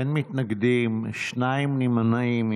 אין מתנגדים, שניים נמנעים.